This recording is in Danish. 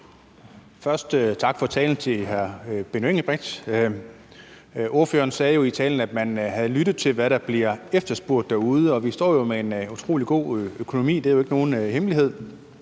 Først tak til hr. Benny Engelbrecht for talen. Ordføreren sagde i talen, at man havde lyttet til, hvad der bliver efterspurgt derude, og vi står med en utrolig god økonomi; det er jo ikke nogen hemmelighed.